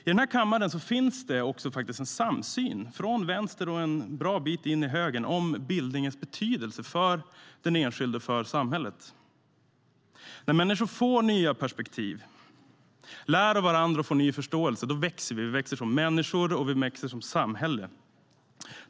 I den här kammaren finns en samsyn, från vänster och en bra bit in i högern, om bildningens betydelse för den enskilde och för samhället. När vi människor får nya perspektiv, lär av varandra och får ny förståelse - då växer vi, som människor och som samhälle.